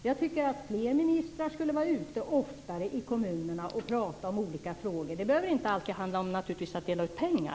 Jag tycker att fler ministrar skulle vara ute oftare i kommunerna och prata om olika frågor. Det behöver inte alltid handla om att dela ut pengar.